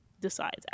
decides